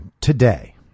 today